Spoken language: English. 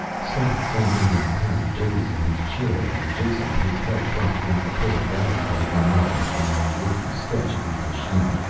skop sank into an apparent doze in his chair and jason, his head propped against the pull of gravity by one arm, began a working sketch of his machine.